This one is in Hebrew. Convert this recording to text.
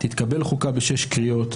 תתקבל חוקה בשש קריאות,